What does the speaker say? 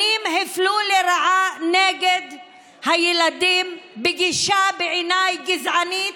שנים הפלו לרעה את הילדים, בגישה, בעיניי, גזענית,